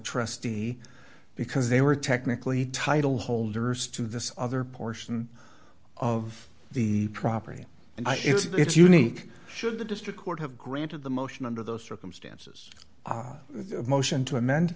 trustee because they were technically title holders to this other portion of the property and it's unique should the district court have granted the motion under those circumstances of motion to amend